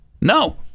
No